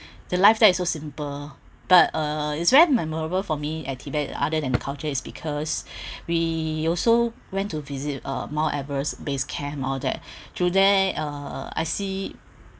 the life there is so simple but uh it's very memorable for me at tibet other than the culture is because we also went to visit uh mount everest base camp all that through there uh I see